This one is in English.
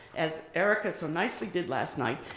as erica so nicely did last night,